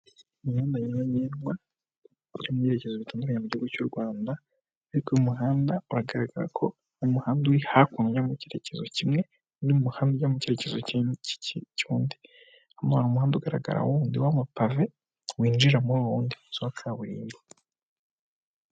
Imihanda nyabagedwa iri mu byerekezo bitandukanye mu gihugu cy'u Rwanda, ariko uyu muhanda aragaragara ko umuhanda uri hakurya ajya mu cyerekezo kimwe, n'umuhanda mu cyerekezo cy'undi, hano umuhanda ugaragara w'undi w'ama pave winjira muri wa wundi wa kaburimbo.